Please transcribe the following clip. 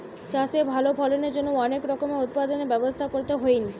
চাষে ভালো ফলনের জন্য অনেক রকমের উৎপাদনের ব্যবস্থা করতে হইন